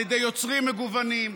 על ידי יוצרים מגוונים.